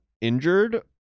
injured